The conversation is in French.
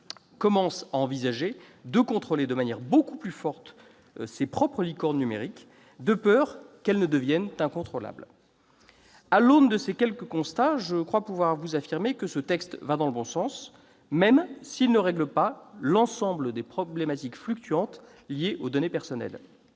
commence à envisager de contrôler de manière beaucoup plus forte ses propres licornes numériques, de peur qu'elles ne deviennent incontrôlables. À l'aune de ces quelques constats, je crois pouvoir affirmer que ce texte va dans le bon sens, même s'il ne règle pas l'ensemble des problématiques fluctuantes liées aux données personnelles.